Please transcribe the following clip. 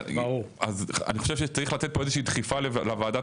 אז אני חושב שצריך לתת פה איזושהי דחיפה לוועדת